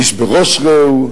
איש בראש רעהו,